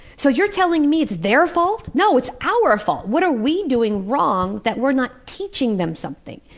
so you're telling me it's their fault? no, it's our fault! what are we doing wrong that we're not teaching them something?